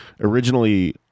Originally